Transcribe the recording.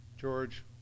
George